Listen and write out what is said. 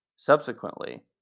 Subsequently